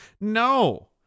No